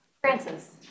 Francis